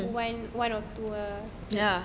one one or two ah